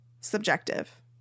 subjective